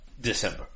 December